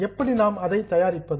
எப்படி நாம் அதை தயாரிப்பது